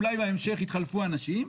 אולי בהמשך התחלפו האנשים,